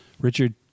Richard